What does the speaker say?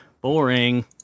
Boring